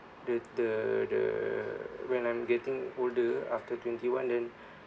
the the the when I'm getting older after twenty one then